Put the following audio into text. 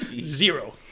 Zero